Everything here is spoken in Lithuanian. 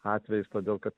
atvejis todėl kad